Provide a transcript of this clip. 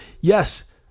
Yes